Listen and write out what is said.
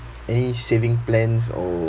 any saving plans or